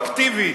אקטיבית,